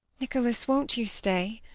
nicholas, won't you stay?